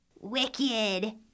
Wicked